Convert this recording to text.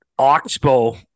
Oxbow